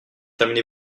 terminé